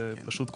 פשוט קובעים,